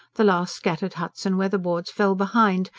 the last scattered huts and weatherboards fell behind,